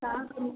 तऽ अहाँ